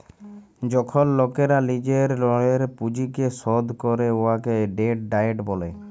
যখল লকেরা লিজের ঋলের পুঁজিকে শধ ক্যরে উয়াকে ডেট ডায়েট ব্যলে